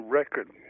record